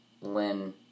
Lin